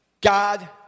God